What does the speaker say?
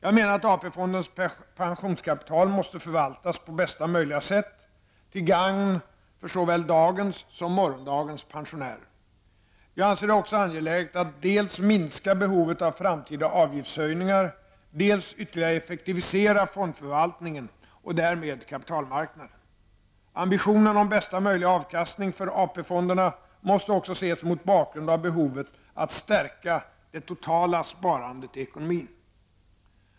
Jag menar att AP-fondens pensionskapital måste förvaltas på bästa möjliga sätt till gagn för såväl dagens som morgondagens pensionärer. Jag anser det också angeläget att dels minska behovet av framtida avgiftshöjningar, dels ytterligare effektivisera fondförvaltningen och därmed kapitalmarknaden. Ambitionen om bästa möjliga avkastning för AP-fonden måste också ses mot bakgrund av behovet att stärka det totala sparandet i ekonomin.